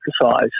exercise